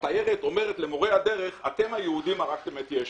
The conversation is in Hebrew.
התיירת אומרת למורה הדרך: אתם היהודים הרגתם את ישו.